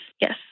yes